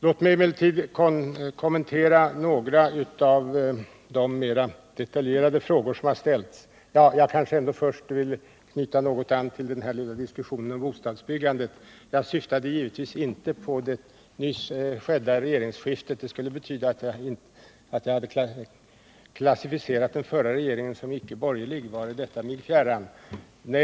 Låt mig emellertid kommentera några av de mera detaljerade frågorna som har ställts. Jag vill först knyta an till den lilla diskussionen om bostadsbyggandet. Jag syftade naturligtvis inte på det regeringsskifte som nyligen ägde rum. Det skulle ha inneburit att jag hade klassificerat den förra regeringen som icke borgerlig. Vare detta mig fjärran!